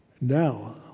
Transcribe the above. Now